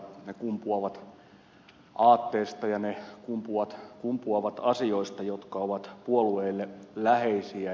ne kumpuavat aatteesta ja ne kumpuavat asioista jotka ovat puolueelle läheisiä